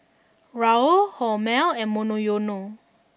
Raoul Hormel and Monoyono